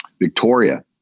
Victoria